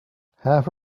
have